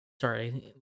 Sorry